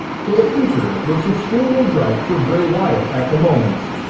so the future looks extremely bright for bray wyatt at the moment.